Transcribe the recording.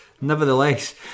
Nevertheless